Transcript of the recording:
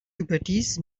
überdies